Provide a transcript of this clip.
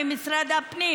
משרד הפנים